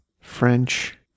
French